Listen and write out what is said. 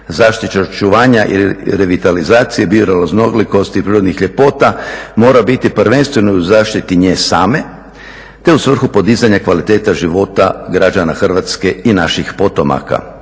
Zaštite očuvanja i revitalizacije bioraznolikosti prirodnih ljepota mora biti prvenstveno u zaštiti nje same te u svrhu podizanja kvalitete života građana Hrvatske i naših potomaka.